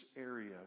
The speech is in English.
area